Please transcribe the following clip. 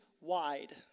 wide